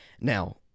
now